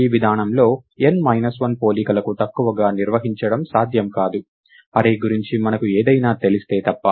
ఈ విధానంలో n minus 1 పోలికలకు తక్కువగా నిర్వహించడం సాధ్యం కాదు అర్రే గురించి మనకు ఏదైనా తెలిస్తే తప్ప